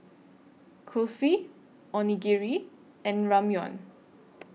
Kulfi Onigiri and Ramyeon